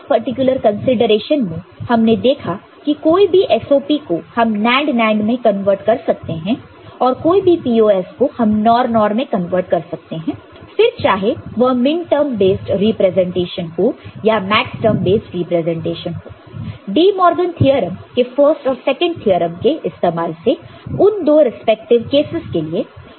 उस particular consideration में हमने देखा कि कोई भी SOP को हम NAND NAND में कन्वर्ट कर सकते हैं और कोई भी POS को हम NOR NOR मैं कन्वर्ट कर सकते हैं फिर चाहे वह मिनटर्म बेस्ड रिप्रेजेंटेशन हो या मैक्सटर्म बेस्ड रिप्रेजेंटेशन हो डिमॉर्गन थ्योरम के फर्स्ट और सेकंड थ्योरम के इस्तेमाल से उन दो रिस्पेक्टिव केसस के लिए